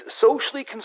socially